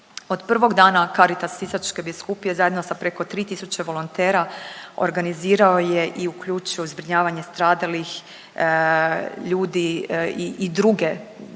Od prvog dana Caritas Sisačke biskupije zajedno sa preko 3 tisuće volontera organizirao je i uključio zbrinjavanje stradalih ljudi i druge,